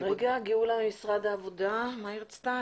גאולה ממשרד העבודה, מה היא רצתה?